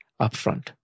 upfront